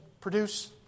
produce